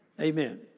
Amen